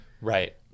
right